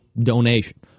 donation